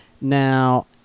Now